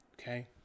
Okay